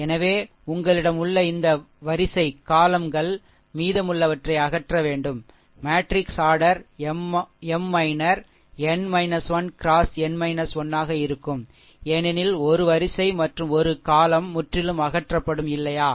எனவே உங்களிடம் உள்ள இந்த வரிசை column கள் மீதமுள்ளவற்றை அகற்ற வேண்டும் matrix order M minor n 1 X n 1 ஆக இருக்கும் ஏனெனில் ஒரு வரிசை மற்றும் ஒரு column முற்றிலும் அகற்றப்படும் இல்லையா